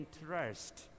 interest